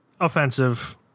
offensive